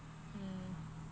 hmm